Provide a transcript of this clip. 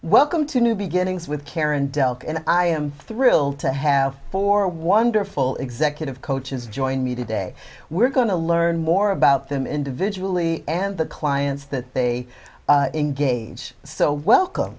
welcome to new beginnings with karen delk and i am thrilled to have four wonderful executive coaches join me today we're going to learn more about them individually and the clients that they engage so welcome